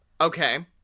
Okay